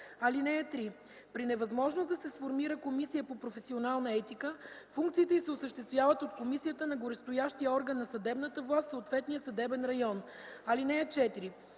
(3) При невъзможност да се сформира комисия по професионална етика, функциите й се осъществяват от комисията на горестоящия орган на съдебната власт в съответния съдебен район. (4)